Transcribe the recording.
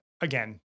again